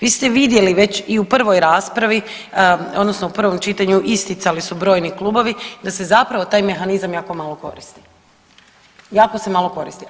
Vi ste vidjeli već i u prvoj raspravi, odnosno u prvom čitanju isticali su brojni klubovi da se zapravo taj mehanizam jako malo koristi, jako se malo koristi.